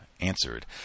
answered